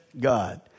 God